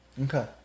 Okay